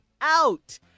out